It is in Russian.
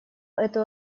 эту